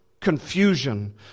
confusion